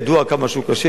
ידוע כמה שהוא קשה,